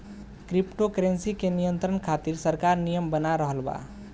crypto currency के नियंत्रण खातिर सरकार नियम बना रहल बा